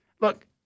Look